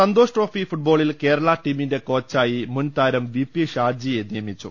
Santhosh trophy ഫുട്ബോളിൽ കേരളാ ടീമിന്റെ കോച്ചായി മുൻതാരം വി പി ഷാജിയെ നിയമിച്ചു